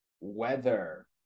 weather